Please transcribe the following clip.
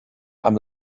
amb